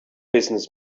business